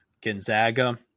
Gonzaga